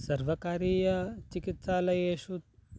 सर्वकारीयचिकित्सालयेषु